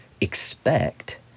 expect